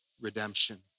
redemption